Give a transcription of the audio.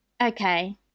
okay